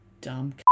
dumb